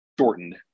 shortened